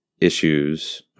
issues